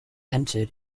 entered